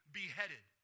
beheaded